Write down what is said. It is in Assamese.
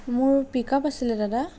মোৰ পিক আপ আছিল দাদা